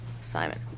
Simon